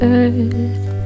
earth